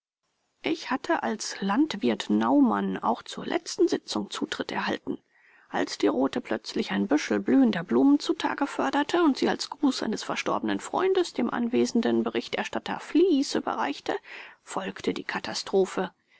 ich hatte als landwirt naumann auch zur letzten sitzung zutritt erhalten als die rothe plötzlich ein büschel blühender blumen zutage förderte und sie als gruß eines verstorbenen freundes dem anwesenden berichterstatter fließ überreichte folgte die katastrophe